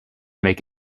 make